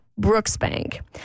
Brooksbank